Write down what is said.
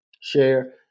share